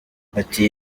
ati